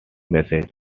message